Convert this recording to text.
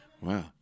Wow